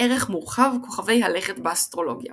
ערך מורחב – כוכבי הלכת באסטרולוגיה